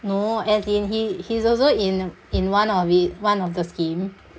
no as in he he's also in in one of it one of the scheme